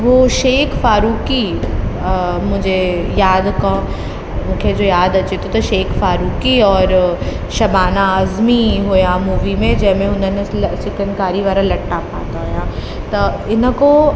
हू शेख फारुकी मुंहिंजे यादि खां मूंखे जो यादि अचे थो त शेख फारुकी औरि शबाना आज़मी हुआ मूवी में जंहिंमें हुननि लाइ चिकनकारी वारा लटा पाता हुआ त हिन खां